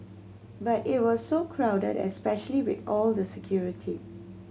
but it was so crowded especially with all the security